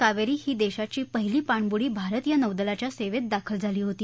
कावेरी ही देशाची पहिली पाणब्रुडी भारतीय नौदलाच्या सेवेत दाखल झाली होती